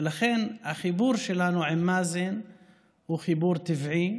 ולכן החיבור שלנו עם מאזן הוא חיבור טבעי.